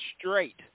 straight